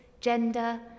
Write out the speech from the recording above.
gender